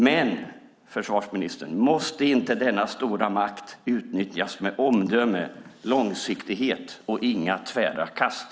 Men, försvarsministern, måste inte denna stora makt utnyttjas med omdöme, långsiktighet och inga tvära kast?